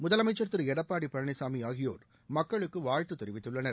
முதலமைச்சர் திரு எடப்பாடி பழனிசாமி ஆகியோர் மக்களுக்கு வாழ்ததுத் தெரிவித்துள்ளனர்